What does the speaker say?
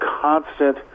constant